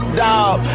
dog